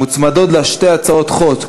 מוצמדות לה שתי הצעות חוק,